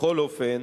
בכל אופן,